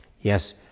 Yes